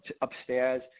upstairs